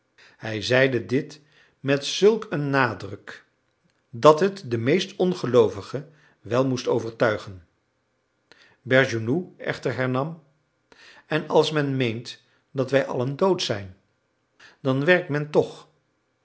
hij zeide dit met zulk een nadruk dat het de meest ongeloovigen wel moest overtuigen bergounhoux echter hernam en als men meent dat wij allen dood zijn dan werkt men toch